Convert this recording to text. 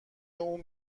اون